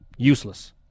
Useless